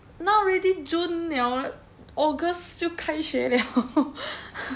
now already june [liao] august 就开学了